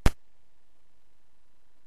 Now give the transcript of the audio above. יש נתחים רחבים בעם ובכנסת שאומרים שכל שעל בפלסטין,